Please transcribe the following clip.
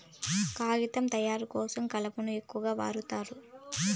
కాగితం తయారు కోసం కలపను ఎక్కువగా వాడుతారు